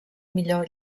millor